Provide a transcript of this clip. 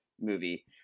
movie